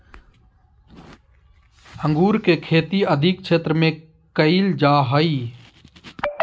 अंगूर के खेती अधिक क्षेत्र में कइल जा हइ